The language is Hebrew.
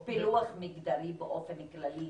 יש פילוח מגדרי באופן כללי.